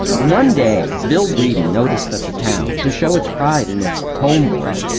one day bill breeden noticed that the town, to show its pride in its home boy,